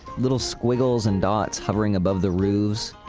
little squiggles and dots hovering above the roofs.